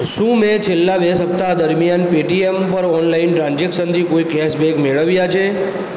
શું મેં છેલ્લા બે સપ્તાહ દરમિયાન પેટીએમ પર ઓનલાઈન ટ્રાન્ઝેક્શનથી કોઈ કેશબેક મેળવ્યા છે